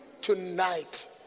tonight